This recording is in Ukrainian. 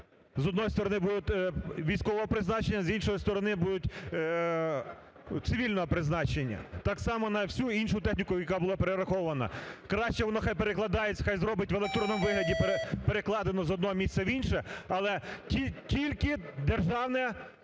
сторони, будуть військово призначені, а, з іншої сторони, будуть цивільного призначення. Так само на всю іншу техніку, яка була перерахована. Краще воно хай перекладається, хай зробить в електронному вигляді перекладено з одного місця в інше, але тільки державне